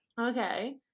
okay